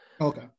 Okay